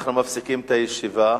אנחנו מפסיקים את הישיבה.